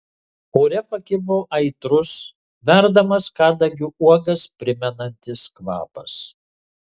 ore pakibo aitrus verdamas kadagio uogas primenantis kvapas